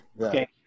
Okay